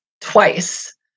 twice